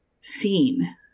seen